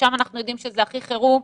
ששם אנחנו יודעים שזה הכי חירום.